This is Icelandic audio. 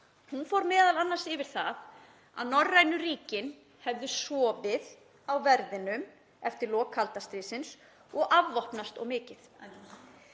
Hún fór m.a. yfir það að norrænu ríkin hefðu sofið á verðinum eftir lok kalda stríðsins og afvopnast of mikið.